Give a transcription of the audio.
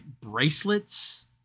bracelets